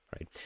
right